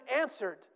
answered